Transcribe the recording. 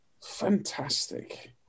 Fantastic